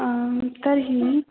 आं तर्हि